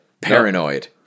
Paranoid